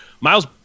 Miles